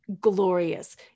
glorious